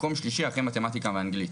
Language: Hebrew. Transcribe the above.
מקום שלישי אחרי מתמטיקה ואנגלית.